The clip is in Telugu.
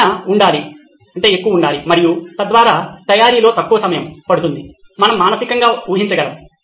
పైన ఉండాలి మరియు తద్వారా తయారీలో తక్కువ సమయం మనం మానసికంగా ఊహించగలము